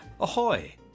Ahoy